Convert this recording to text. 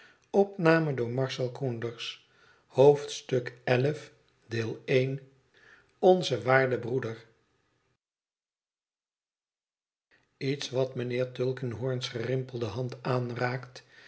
onze waarde beoedeh iets wat mijnheer tulkinghorn s gerimpelde hand aanraakt